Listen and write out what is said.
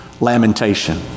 lamentation